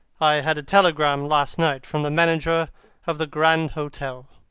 i had a telegram last night from the manager of the grand hotel.